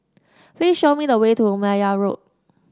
please show me the way to Meyer Road